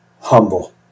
Humble